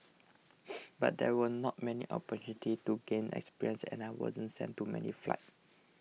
but there were not many opportunities to gain experience and I wasn't sent to many fights